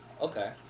Okay